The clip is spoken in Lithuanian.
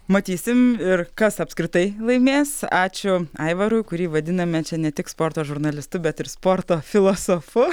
matysim ir kas apskritai laimės ačiū aivarui kurį vadiname čia ne tik sporto žurnalistu bet ir sporto filosofu